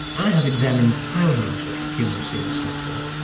and i have examined thousands of human semen samples,